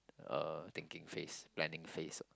uh thinking phase planning phase